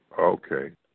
Okay